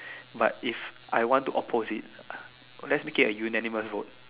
but if I want to oppose it let's make it a unanimous vote